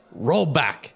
rollback